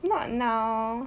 not now